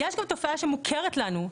יש גם תופעה שמוכרת לנו,